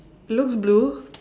looks blue